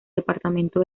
departamento